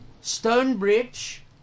Stonebridge